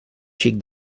xic